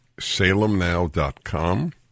SalemNow.com